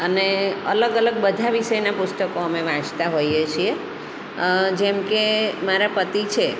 અને અલગ અલગ બધા વિષયના પુસ્તકો અમે વાંચતા હોઈએ છીએ જેમ કે મારા પતિ છે